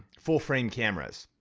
full-frame cameras,